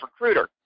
recruiter